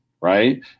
right